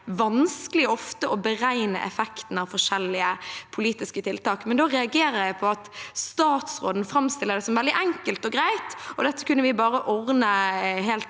ofte vanskelig å beregne effekten av forskjellige politiske tiltak. Da reagerer jeg på at statsråden framstiller det som veldig enkelt og greit, at dette kunne vi bare ordne helt